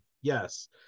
Yes